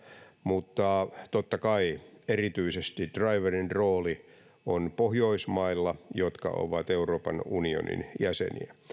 mutta totta kai erityisesti draiverin rooli on niillä pohjoismailla jotka ovat euroopan unionin jäseniä